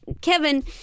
Kevin